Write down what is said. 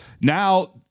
Now